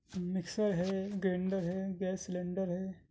mixer ہے grinder ہے gas cylinder ہے